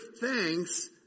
thanks